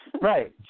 Right